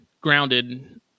grounded